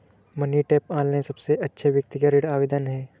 money Tap, online सबसे अच्छा व्यक्तिगत ऋण आवेदन है